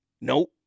Nope